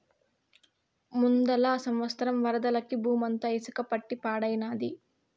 ముందల సంవత్సరం వరదలకి బూమంతా ఇసక పట్టి పాడైనాది